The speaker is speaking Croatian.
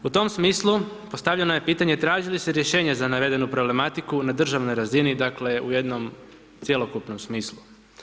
U tom smislu postavljeno je pitanje traži li se rješenje za navedenu problematiku na državnoj razini, dakle, u jednom cjelokupnom smislu.